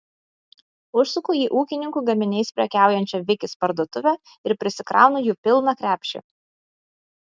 užsuku į ūkininkų gaminiais prekiaujančią vikis parduotuvę ir prisikraunu jų pilną krepšį